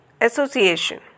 association